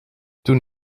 toen